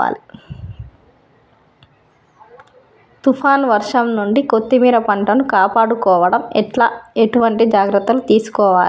తుఫాన్ వర్షం నుండి కొత్తిమీర పంటను కాపాడుకోవడం ఎట్ల ఎటువంటి జాగ్రత్తలు తీసుకోవాలే?